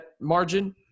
margin –